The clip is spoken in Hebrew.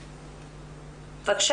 נפגעים,